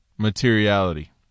materiality